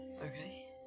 Okay